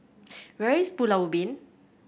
where is Pulau Ubin